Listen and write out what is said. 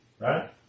right